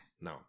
No